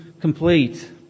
complete